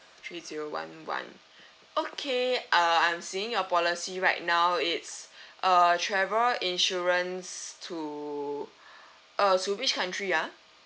three zero one one okay err I'm seeing your policy right now it's a travel insurance to err to which country ah